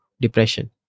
depression